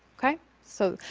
ok? so,